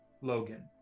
Logan